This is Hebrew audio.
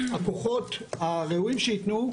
הכוחות הראויים שיתנו,